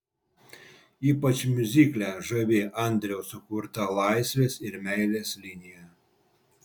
ypač miuzikle žavi andriaus sukurta laisvės ir meilės linija